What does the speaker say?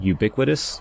Ubiquitous